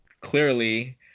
clearly